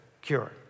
cure